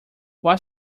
what